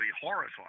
horrified